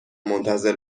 منتظر